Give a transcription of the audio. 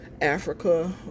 Africa